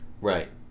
Right